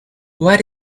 what